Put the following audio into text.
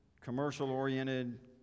commercial-oriented